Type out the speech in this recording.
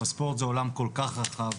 הספורט זה עולם כל כך רחב,